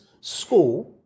school